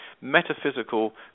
metaphysical